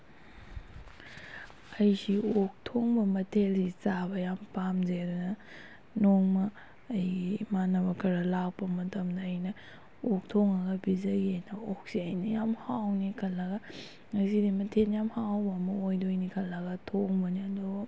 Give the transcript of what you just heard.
ꯑꯩꯁꯤ ꯑꯣꯛ ꯊꯣꯡꯕ ꯃꯊꯦꯜꯁꯤ ꯆꯥꯕ ꯌꯥꯝ ꯄꯥꯝꯖꯩ ꯑꯗꯨꯅ ꯅꯣꯡꯃꯥ ꯑꯩꯒꯤ ꯏꯃꯥꯟꯅꯕ ꯈꯔ ꯂꯥꯛꯄ ꯃꯇꯝꯗ ꯑꯩꯅ ꯑꯣꯛ ꯊꯣꯡꯂꯒ ꯄꯤꯖꯒꯦꯅ ꯑꯣꯛꯁꯦ ꯑꯩꯅ ꯌꯥꯝ ꯍꯥꯎꯅꯤ ꯈꯜꯂꯒ ꯉꯁꯤꯗꯤ ꯃꯊꯦꯜ ꯌꯥꯝ ꯍꯥꯎꯕ ꯑꯃ ꯑꯣꯏꯗꯣꯏꯅꯤ ꯈꯜꯂꯒ ꯊꯣꯡꯕꯅꯤ ꯑꯗꯣ